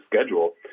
schedule